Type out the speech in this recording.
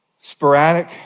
sporadic